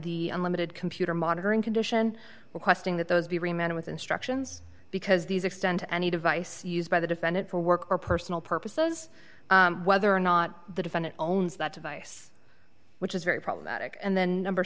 the unlimited computer monitoring condition requesting that those be remain with instructions because these extend to any device used by the defendant for work or personal purposes whether or not the defendant owns that device which is very problematic and then number